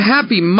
Happy